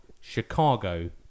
Chicago